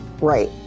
Right